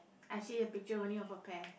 I see a picture only of a pear